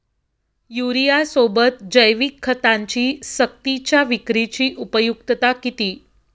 युरियासोबत जैविक खतांची सक्तीच्या विक्रीची उपयुक्तता किती?